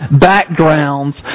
backgrounds